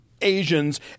Asians